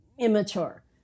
immature